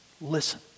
listen